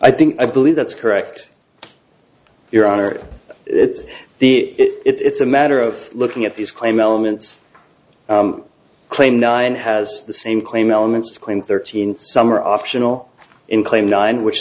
i think i believe that's correct your honor it's the it's a matter of looking at this claim elements claim nine has the same claim elements claim thirteen some are optional in claim nine which